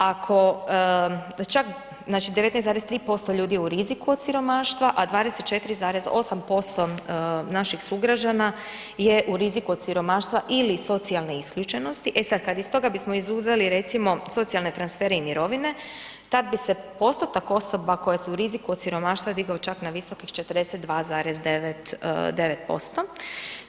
Ako čak, znači 19,3% ljudi je u riziku od siromaštva, a 24,8% naših sugrađana je u riziku od siromaštva ili socijalne isključenosti, e sad kad iz toga bismo izuzeli recimo socijalne transfere i mirovine tad bi se postotak osoba koje su u riziku od siromaštva digao čak na visokih 42,9%